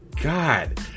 God